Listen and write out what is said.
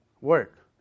work